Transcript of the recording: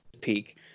peak